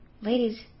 ladies